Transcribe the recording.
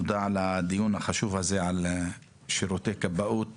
תודה על הדיון החשוב הזה על שירותי כבאות